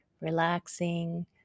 relaxing